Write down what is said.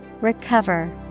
Recover